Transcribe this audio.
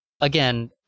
Again